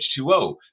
h2o